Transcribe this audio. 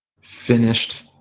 finished